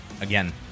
again